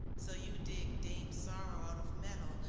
so you dig dame sorrow out of metal,